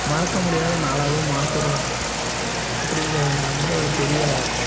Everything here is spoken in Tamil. மறக்க முடியாத நாளாகவும் மாத்துகிறோம் அப்படிங்கிறதுல வந்துட்டு ஒரு பெரிய